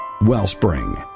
Wellspring